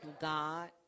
God